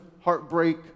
heartbreak